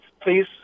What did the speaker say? please